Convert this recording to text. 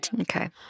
Okay